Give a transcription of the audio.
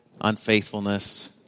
unfaithfulness